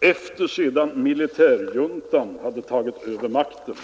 efter det att militärjuntan hade tagit över makten.